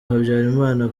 habyarimana